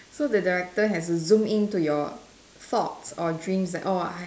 so the director has to zoom in to your faults or dreams and all ah